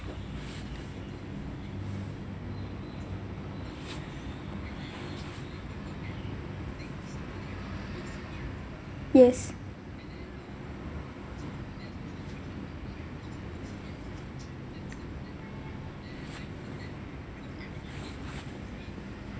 yes